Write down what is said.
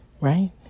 Right